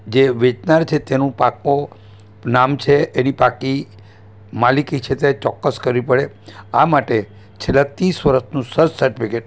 જે વેચનાર છે તેનું પાક્કું નામ છે એની પાક્કી માલિકી છે તે ચોક્કસ કરવી પડે આ માટે છેલ્લા ત્રીસ વરસનું સર્ચ સર્ટિફિકેટ